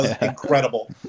incredible